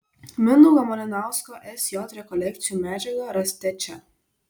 mindaugo malinausko sj rekolekcijų medžiagą rasite čia